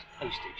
postage